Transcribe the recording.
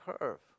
curve